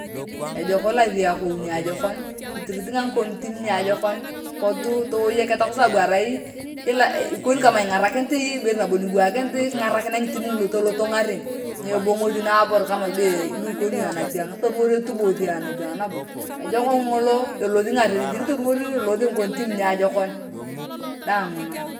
Ejok ilothi akon niajokon itreatangae ngikon timon niajokon potu towayakela niajokoro kwa sababu ikoni kama ingarakinit ikoni kama eyei nabo ibere ningarakinit towayakete toloto ngaren nyebongothi nabo naabor kama lu ikoni anatiang toruwor etubothi anatiang nabo ejok ngoto elothi ngaren jik toruwor elothi ngikon tim niajokon daang nguna.